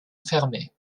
fermé